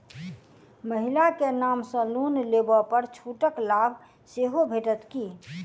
महिला केँ नाम सँ लोन लेबऽ पर छुटक लाभ सेहो भेटत की?